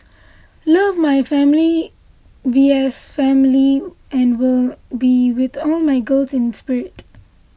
love my family V S family and will be with all my girls in spirit